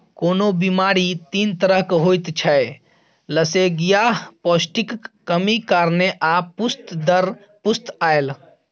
कोनो बेमारी तीन तरहक होइत छै लसेंगियाह, पौष्टिकक कमी कारणेँ आ पुस्त दर पुस्त आएल